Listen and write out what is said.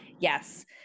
yes